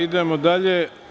Idemo dalje.